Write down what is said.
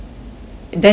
and then it doesn't work